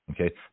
Okay